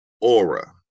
aura